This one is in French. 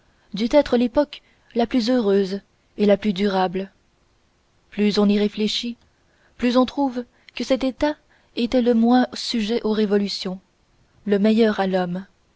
dut être l'époque la plus heureuse et la plus durable plus on y réfléchit plus on trouve que cet état était le moins sujet aux révolutions le meilleur à l'homme